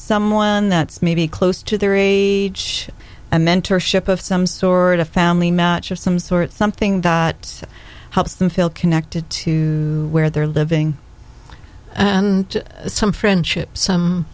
someone that's maybe close to the rage a mentorship of some sort of family match of some sort something that helps them feel connected to where they're living and some friendships